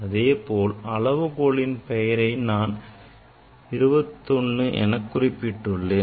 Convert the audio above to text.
அதேபோல் அளவுகோலின் பெயரை நான் 2l என குறிப்பிட்டுள்ளேன்